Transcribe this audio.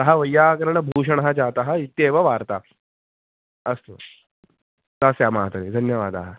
सः वैयाकरणभूषणः जातः इत्येव वार्ता अस्तु दास्यामः तर्हि धन्यवादाः